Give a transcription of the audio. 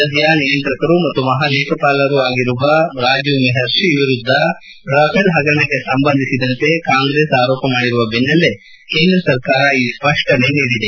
ಸದ್ದ ನಿಯಂತ್ರಕರು ಮತ್ತು ಮಹಾ ಲೇಖಪಾಲರು ಆಗಿರುವ ರಾಜೀವ್ ಮೆಪರ್ಷಿ ವಿರುದ್ದ ರಫೇಲ್ ಪಗರಣಕ್ಕೆ ಸಂಬಂಧಿಸಿದಂತೆ ಕಾಂಗ್ರೆಸ್ ಆರೋಪ ಮಾಡಿರುವ ಬೆನ್ನಲ್ಲೇ ಕೇಂದ್ರ ಸರಕಾರ ಈ ಸ್ಪಷ್ಟನೆ ನೀಡಿದೆ